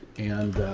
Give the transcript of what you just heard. and, ah,